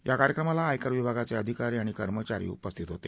या कार्यक्रमाला आयकर विभागाचे अधिकारी कर्मचारी उपस्थित होते